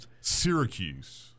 syracuse